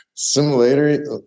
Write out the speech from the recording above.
Simulator